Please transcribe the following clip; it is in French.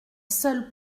seul